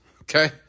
okay